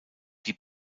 die